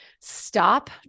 stop